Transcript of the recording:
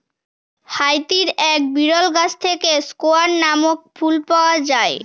হাইতির এক বিরল গাছ থেকে স্কোয়ান নামক ফুল পাওয়া যায়